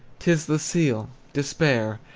t is the seal, despair,